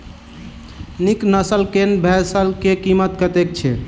नीक नस्ल केँ भैंस केँ कीमत कतेक छै?